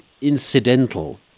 incidental